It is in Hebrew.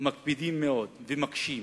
מקפידים מאוד ומקשים.